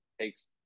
takes